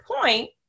point